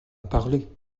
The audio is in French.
parler